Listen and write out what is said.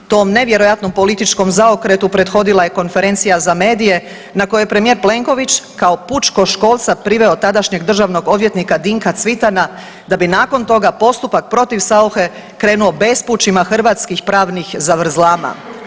Tom nevjerojatno političkom preokretu prethodila je konferencija za medije, na kojoj premijer Plenković kao pučkoškolca priveo tadašnjeg državnog odvjetnika Dinka Cvitana, da bi nakon toga postupak protiv Sauche krenuo bespućima hrvatskih pravnih zavrzlama.